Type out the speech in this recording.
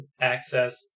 access